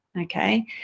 Okay